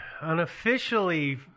unofficially